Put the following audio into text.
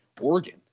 Oregon